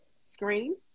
screen